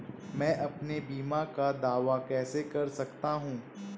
मैं अपने बीमा का दावा कैसे कर सकता हूँ?